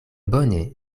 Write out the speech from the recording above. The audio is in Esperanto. bone